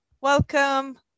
welcome